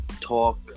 Talk